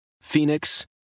Phoenix